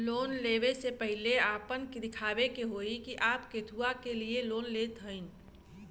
Loan ले वे से पहिले आपन दिखावे के होई कि आप कथुआ के लिए लोन लेत हईन?